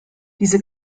diese